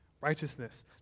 Righteousness